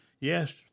Yes